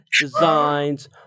designs